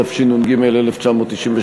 התשנ"ג 1993,